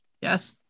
Yes